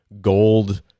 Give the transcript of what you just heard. gold